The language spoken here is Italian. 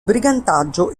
brigantaggio